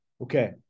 Okay